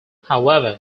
however